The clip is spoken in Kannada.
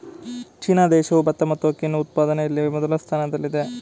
ಚೀನಾ ದೇಶವು ಭತ್ತ ಮತ್ತು ಅಕ್ಕಿ ಉತ್ಪಾದನೆಯಲ್ಲಿ ಮೊದಲನೇ ಸ್ಥಾನದಲ್ಲಿದೆ